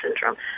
syndrome